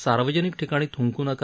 सार्वजनिक ठिकाणी थंकु नका